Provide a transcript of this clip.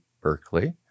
Berkeley